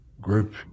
group